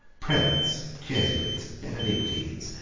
prelates, jesuits, benedictines,